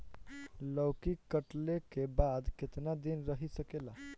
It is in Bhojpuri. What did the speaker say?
लौकी कटले के बाद केतना दिन रही सकेला?